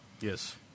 Yes